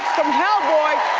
hellboy